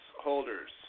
holders